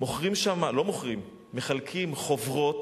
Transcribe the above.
מוכרים שם, לא מוכרים, מחלקים, חוברות